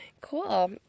Cool